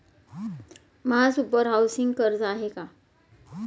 महासुपर हाउसिंग कर्ज आहे का?